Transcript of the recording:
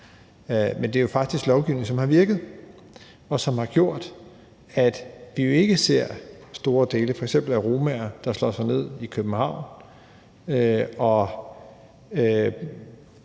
Men det er faktisk lovgivning, som har virket, og som har gjort, at vi ikke ser store grupper af f.eks. romaer, der slår sig ned i København og